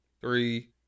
three